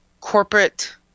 corporate